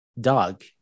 dog